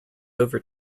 over